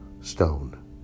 stone